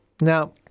now